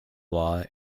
law